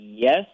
Yes